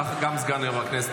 אתה גם סגן יו"ר הכנסת,